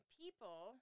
people